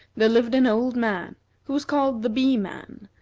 there lived an old man who was called the bee-man,